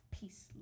Peace